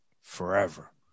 forever